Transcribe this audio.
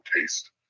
taste